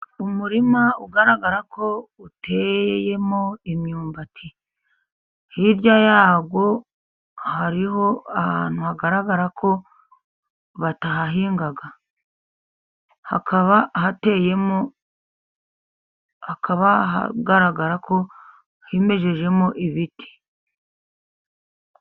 Umurima ugaragara ko uteyemo imyumbati, hirya ya wo hariho ahantu hagaragara ko batahahinga, hakaba hahateyemo, hakaba hagaragara ko himejejemo ibiti.